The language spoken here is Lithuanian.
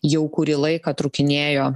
jau kurį laiką trūkinėjo